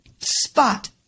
spot